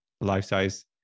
life-size